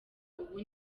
ubu